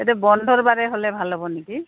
এতিয়া বন্ধৰবাৰে হ'লে ভাল হ'ব নেকি